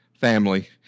family